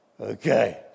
Okay